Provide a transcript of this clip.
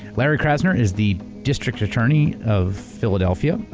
larry krasner is the district attorney of philadelphia.